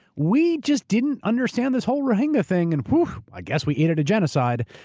we just didn't understand this whole rohingya thing and woo, i guess we aided a genocide.